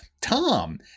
Tom